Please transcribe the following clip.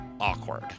Awkward